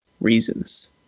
reasons